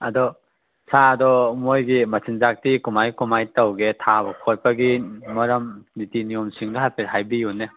ꯑꯗꯣ ꯁꯥꯗꯣ ꯃꯣꯏꯒꯤ ꯃꯆꯤꯟꯖꯥꯛꯇꯤ ꯀꯃꯥꯏ ꯀꯃꯥꯏ ꯇꯧꯒꯦ ꯊꯥꯕ ꯈꯣꯠꯄꯒꯤ ꯃꯔꯝ ꯅꯤꯇꯤ ꯅꯤꯌꯣꯝꯁꯤꯡꯗꯨ ꯍꯥꯏꯐꯦꯠ ꯍꯥꯏꯕꯤꯎꯅꯦ